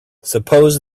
suppose